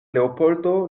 leopoldo